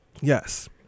Yes